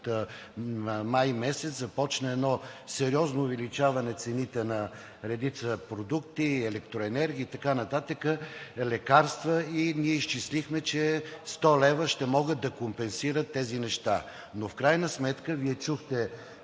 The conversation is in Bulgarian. май месец, започна сериозно увеличаване на цените на редица продукти, електроенергия, лекарства и така нататък. Ние изчислихме, че 100 лв. ще могат да компенсират тези неща. Но в крайна сметка, Вие чухте